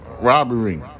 robbery